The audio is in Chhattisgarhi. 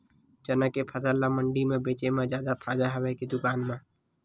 चना के फसल ल मंडी म बेचे म जादा फ़ायदा हवय के दुकान म?